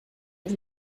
was